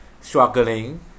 struggling